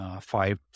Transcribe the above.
five